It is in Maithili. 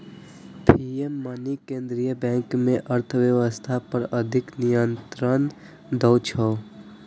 फिएट मनी केंद्रीय बैंक कें अर्थव्यवस्था पर अधिक नियंत्रण दै छै